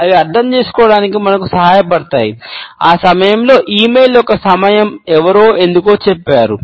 అవి అర్థం చేసుకోవడానికి మనకు సహాయపడతాయి ఆ సమయంలో ఇ మెయిల్ యొక్క సమయం ఎవరో ఎందుకు చెప్పారు